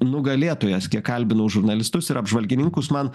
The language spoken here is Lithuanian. nugalėtojas kiek kalbinau žurnalistus ir apžvalgininkus man